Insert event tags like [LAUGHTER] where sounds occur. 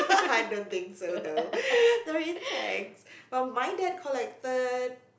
I don't think so though [LAUGHS] they are insect while my dad collected